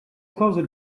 closet